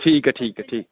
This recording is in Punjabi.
ਠੀਕ ਹੈ ਠੀਕ ਹੈ ਠੀਕ